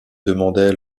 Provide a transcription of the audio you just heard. demandait